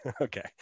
okay